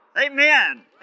Amen